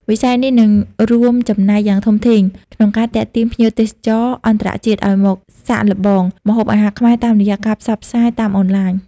វិស័យនេះនឹងរួមចំណែកយ៉ាងធំធេងក្នុងការទាក់ទាញភ្ញៀវទេសចរអន្តរជាតិឱ្យមកសាកល្បងម្ហូបអាហារខ្មែរតាមរយៈការផ្សព្វផ្សាយតាមអនឡាញ។